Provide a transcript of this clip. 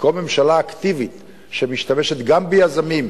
במקום ממשלה אקטיבית שמשתמשת גם ביזמים,